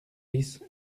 dix